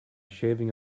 shaving